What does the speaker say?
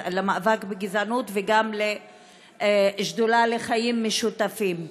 השדולה למאבק בגזענות וגם השדולה לקידום חיים משותפים.